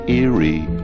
eerie